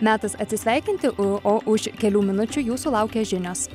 metas atsisveikinti o už kelių minučių jūsų laukia žinios